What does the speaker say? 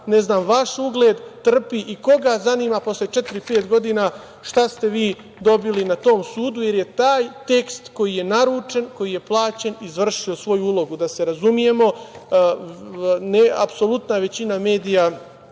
porodica, vaš ugled trpi. Koga zanima posle četiri-pet godina šta ste vi dobili na tom sudu, jer je taj tekst, koji je naručen, koji je plaćen, izvršio svoju ulogu? Da se razumemo, apsolutna većina medija